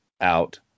out